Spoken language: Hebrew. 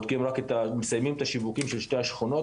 אנחנו מסיימים את השיווקיים של שתי השכונות